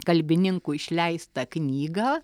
kalbininkų išleistą knygą